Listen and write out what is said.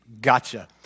Gotcha